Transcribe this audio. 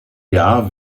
jahr